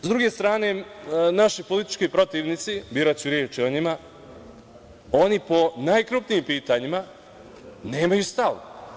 S druge strane, naši politički protivnici, biraću reči o njima, oni po najkrupnijim pitanjima nemaju stav.